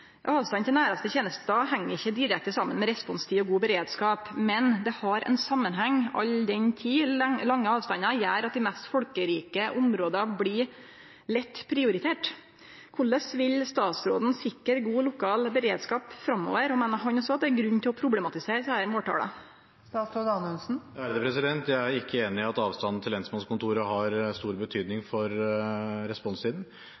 Avstanden til næraste tenestestad heng ikkje direkte saman med responstid og god beredskap, men det har ein samanheng, all den tid lange avstandar gjer at dei mest folkerike områda lett blir prioriterte. Korleis vil statsråden sikre god lokal beredskap framover, og meiner han også at det er grunn til å problematisere desse måltala? Jeg er ikke enig i at avstanden til lensmannskontoret har stor betydning